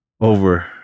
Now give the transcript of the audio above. over